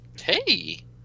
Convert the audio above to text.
Hey